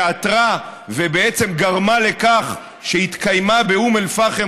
שעתרה ובעצם גרמה לכך שהתקיימה באום אל-פחם,